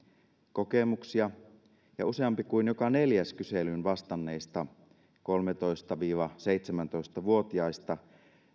kokemuksia ja useampi kuin joka neljäs kyselyyn vastanneista kolmetoista viiva seitsemäntoista vuotiaista